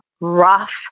Rough